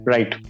Right